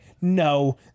no